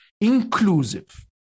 inclusive